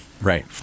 Right